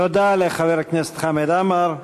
תודה לחבר הכנסת חמד עמאר.